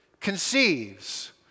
conceives